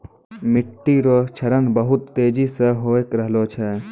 मिट्टी रो क्षरण बहुत तेजी से होय रहलो छै